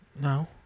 No